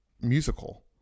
musical